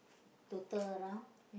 total around